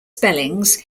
spellings